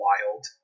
wild